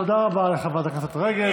תודה רבה לחברת הכנסת רגב.